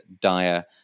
dire